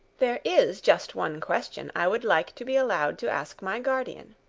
there is just one question i would like to be allowed to ask my guardian.